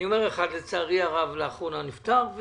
אחד, לצערי הרב, לאחרונה נפטר.